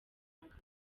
akamaro